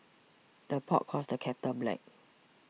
the pot calls the kettle black